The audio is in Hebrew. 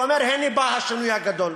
הוא אומר: הנה בא השינוי הגדול.